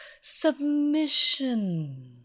submission